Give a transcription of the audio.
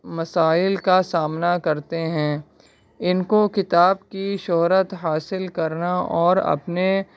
مسائل کا سامنا کرتے ہیں ان کو کتاب کی شہرت حاصل کرنا اور اپنے